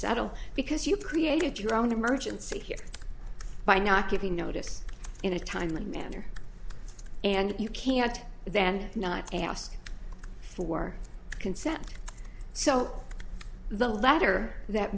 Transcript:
settle because you've created your own emergency here by not giving notice in a timely manner and you can then not ask for consent so the letter that